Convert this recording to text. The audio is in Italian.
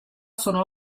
sono